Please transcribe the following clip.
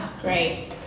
Great